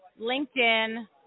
LinkedIn